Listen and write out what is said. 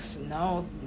no